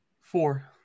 Four